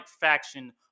faction